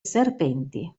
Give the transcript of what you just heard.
serpenti